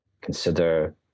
consider